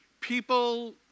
People